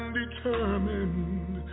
determined